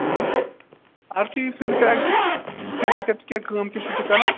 تُہۍ کیٛاہ کٲم چھُو تُہۍ کران